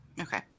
Okay